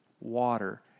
water